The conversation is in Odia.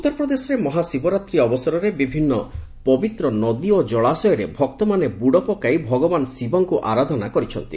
ଉତ୍ତରପ୍ରଦେଶରେ ମହାଶିବରାତ୍ରୀ ଅବସରରେ ବିଭିନ୍ନ ପବିତ୍ର ନଦୀ ଓ ଜଳାଶୟରେ ଭକ୍ତମାନେ ବୁଡ଼ ପକାଇ ଭଗବାନ ଶିବଙ୍କୁ ଆରାଧନା କରିଛନ୍ତି